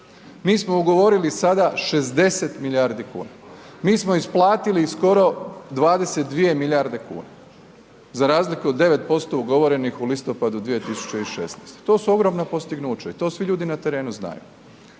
Mi smo ugovorili sada 60 milijardi kuna, mi smo isplatili skoro 22 milijarde kuna, za razliku od 9% ugovorenih u listopadu 2016. To su ogromna postignuća i to svi ljudi na terenu znaju.